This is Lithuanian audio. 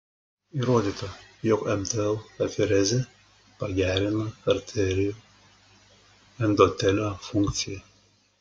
įrodyta jog mtl aferezė pagerina arterijų endotelio funkciją